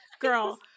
girl